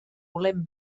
volem